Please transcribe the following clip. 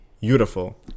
beautiful